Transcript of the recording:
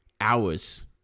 hours